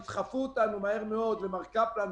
ידחפו אותנו מהר מאוד למר קפלן,